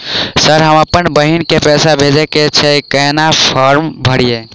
Sir हम अप्पन बहिन केँ पैसा भेजय केँ छै कहैन फार्म भरीय?